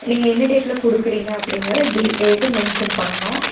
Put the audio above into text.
நீங்கள் என்ன டேட்டில் கொடுக்குறீங்க அப்படிங்கறத டீ டேட்டும் மென்சன் பண்ணணும்